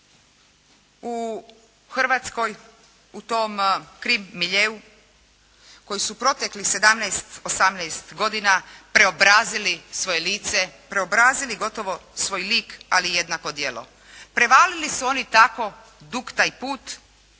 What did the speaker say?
u Hrvatskoj u tom krim miljeu koji su proteklih 17, 18 godina preobrazili svoje lice, preobrazili gotovo svoj lik, ali i jednako djelo. Prevalili su oni tako dug taj put